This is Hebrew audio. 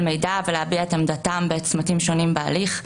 מידע ולהביע את עמדתם בצמתים שונים בהליך,